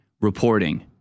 reporting